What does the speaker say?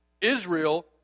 Israel